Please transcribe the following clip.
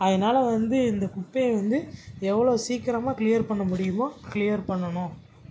அதனால வந்து இந்தக் குப்பையை வந்து எவ்வளோ சீக்கிரமாக க்ளியர் பண்ண முடியுமோ க்ளியர் பண்ணணும்